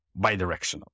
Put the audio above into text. bidirectional